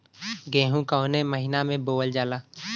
गेहूँ कवने महीना में बोवल जाला?